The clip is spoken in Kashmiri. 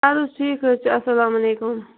ادٕ حَظ ٹھیٖک حظ چھُ اسلامُ علیکُم